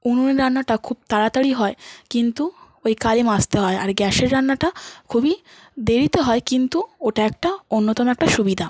উনুনে রান্নাটা খুব তাড়াতাড়ি হয় কিন্তু ওই কালি মাজতে হয় আর গ্যাসের রান্নাটা খুবই দেরিতে হয় কিন্তু ওটা একটা অন্যতম একটা সুবিধা